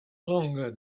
longer